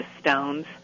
Stones